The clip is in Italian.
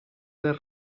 del